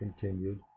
continued